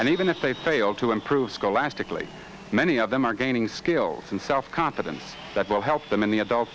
and even if they fail to improve scholastically many of them are gaining skills and self confidence that will help them in the adult